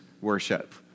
worship